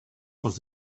was